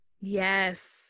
Yes